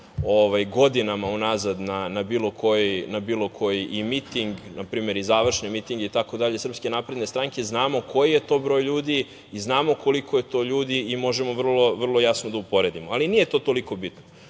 godinama unazad na bilo koji miting, na primer, i završne mitinge itd. SNS, znamo koji je to broj ljudi i znamo koliko je to ljudi i možemo vrlo jasno da uporedimo, ali nije to toliko bitno. Ono